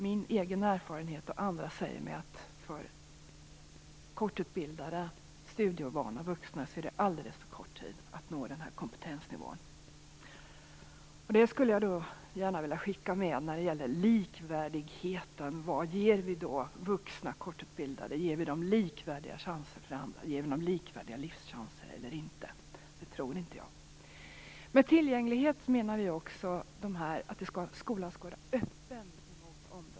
Min egen och andras erfarenhet säger att det är en alldeles för kort tid för korttidsutbildade, studieovana vuxna att nå den här kompetensnivån. Det skulle jag gärna vilja skicka med när det gäller likvärdigheten. Vad ger vi de vuxna korttidsutbildade? Ger vi dem likvärdiga chanser som andra, likvärdiga livschanser? Det tror inte jag. Med tillgänglighet menar vi också att skolan skall vara öppen mot omvärlden.